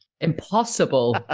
Impossible